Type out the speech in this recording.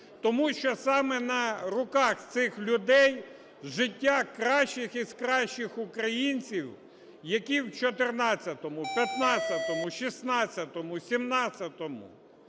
тому що саме на руках цих людей життя кращих із кращих українців, які в 14-му, 15-му, 16-му,17-му